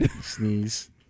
Sneeze